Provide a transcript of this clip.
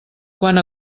quant